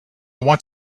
want